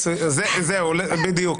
בדיוק.